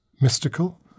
mystical